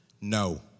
No